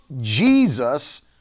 Jesus